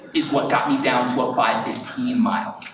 is what got me down to a five fifteen mile.